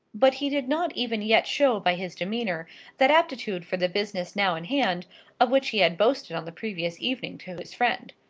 but he did not even yet show by his demeanour that aptitude for the business now in hand of which he had boasted on the previous evening to his friend.